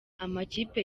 amakipe